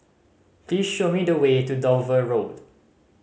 please show me the way to Dover Road